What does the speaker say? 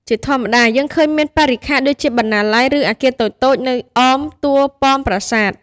ជាធម្មតាយើងឃើញមានបរិក្ខារ ដូចជាបណ្ណាល័យ ឬអគារតូចៗនៅអមតួប៉មប្រាសាទ។